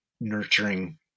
nurturing